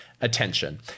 attention